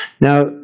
Now